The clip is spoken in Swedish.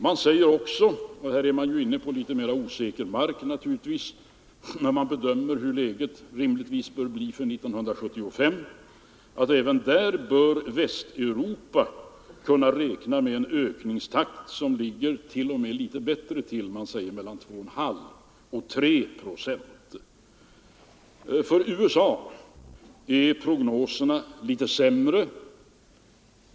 Man säger också att även nästa år — här är man naturligtvis inne på litet mera osäker mark när man bedömer läget 1975 — bör Västeuropa rimligtvis kunna räkna med en t.o.m. något bättre ökningstakt. Den väntas nämligen ligga mellan 2,5 och 3 procent. För USA är prognoserna sämre.